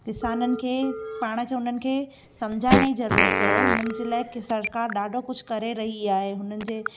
किसाननि खे पाण खे हुननि खे सम्झाइण जी ज़रूरत पए हुननि जे लाइ सरकारु ॾाढो कुझु करे रही आहे हुननि जे